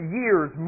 years